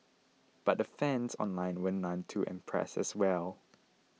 but the fans online were none too impressed as well